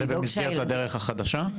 זה במסגרת הדרך החדשה?